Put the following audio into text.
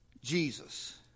Jesus